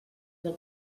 del